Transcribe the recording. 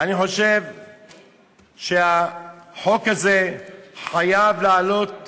אני חושב שהחוק הזה חייב לעלות לבג"ץ,